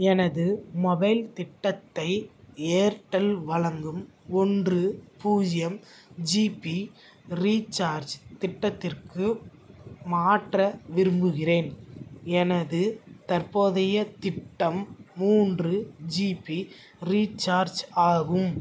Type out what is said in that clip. எனது மொபைல் திட்டத்தை ஏர்டெல் வழங்கும் ஒன்று பூஜ்ஜியம் ஜிபி ரீசார்ஜ் திட்டத்திற்கு மாற்ற விரும்புகிறேன் எனது தற்போதைய திட்டம் மூன்று ஜிபி ரீசார்ஜ் ஆகும்